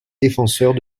défenseurs